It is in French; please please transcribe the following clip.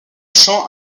chants